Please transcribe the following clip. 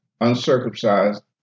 uncircumcised